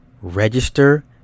register